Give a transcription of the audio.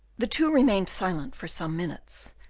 the two remained silent for some minutes,